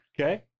Okay